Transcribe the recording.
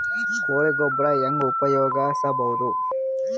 ಕೊಳಿ ಗೊಬ್ಬರ ಹೆಂಗ್ ಉಪಯೋಗಸಬಹುದು?